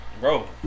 Bro